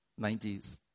90s